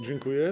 Dziękuję.